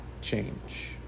change